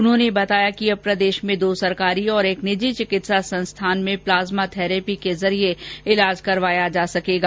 उन्होंने बताया कि अब प्रदेश में दो सरकारी और एक निजी चिकित्सा संस्थान में प्लाज्मा थैरेपी के जरिए इलाज करवाया जा सकेगा